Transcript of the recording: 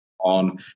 on